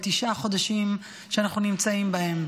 בתשעה חודשים שאנחנו נמצאים בהם,